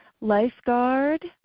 lifeguard